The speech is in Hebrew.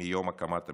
מיום הקמת הממשלה.